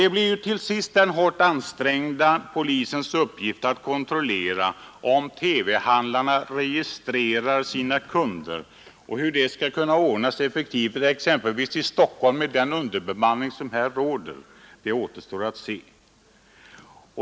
Det blir till sist den hårt ansträngda polisens uppgift att kontrollera om TV-handlarna registrerar sina kunder. Hur det skall kunna ordnas effektivt exempelvis i Stockholm med den underbemanning som här råder återstår att se.